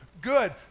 Good